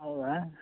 ಹೌದಾ